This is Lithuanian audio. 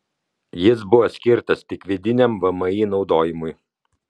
jis buvo skirtas tik vidiniam vmi naudojimui